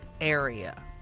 area